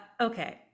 okay